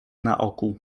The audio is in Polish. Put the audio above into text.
naokół